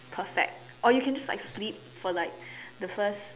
perfect or you can just like sleep for like the first